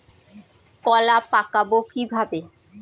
কলা পাকাবো কিভাবে?